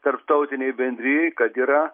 tarptautinei bendrijai kad yra